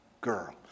girl